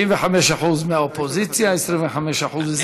75% מהאופוזיציה, 25% מהקואליציה.